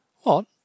What